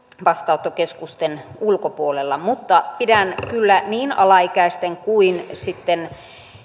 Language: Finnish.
vastaanottokeskusten ulkopuolella mutta pidän kyllä niin alaikäisten kohdalla kuin sitten